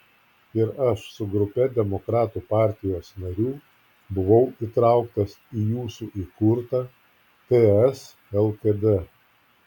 ir aš su grupe demokratų partijos narių buvau įtrauktas į jūsų įkurtą ts lkd